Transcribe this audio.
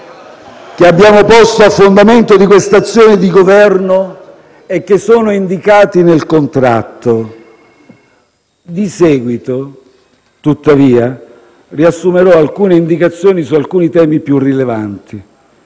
che abbiamo posto a fondamento di questa azione di Governo e che sono indicati nel contratto. *(Commenti dal Gruppo PD)*. Di seguito, tuttavia, riassumerò alcuni indicazioni su alcuni temi più rilevanti